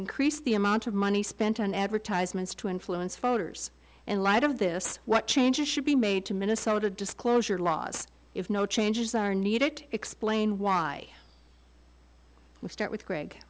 increased the amount of money spent on advertisements to influence voters in light of this what changes should be made to minnesota disclosure laws if no changes are needed to explain why start with greg